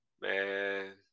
Man